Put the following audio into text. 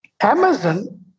Amazon